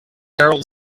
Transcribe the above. carol